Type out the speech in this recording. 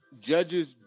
judges